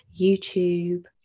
YouTube